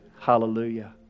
Hallelujah